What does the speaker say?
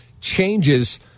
changes